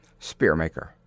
Spearmaker